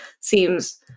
seems